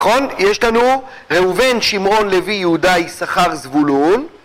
יש לנו ראובן, שמעון, לוי, יהודה, יששכר, זבולון